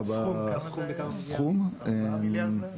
בערך 4 מיליארד?